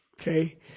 Okay